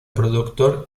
productor